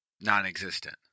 non-existent